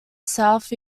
south